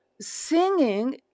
Singing